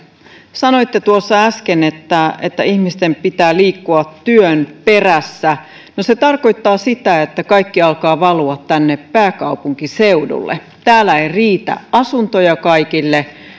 sanoitte tuossa äsken että että ihmisten pitää liikkua työn perässä no se tarkoittaa sitä että kaikki alkavat valua tänne pääkaupunkiseudulle täällä ei riitä asuntoja kaikille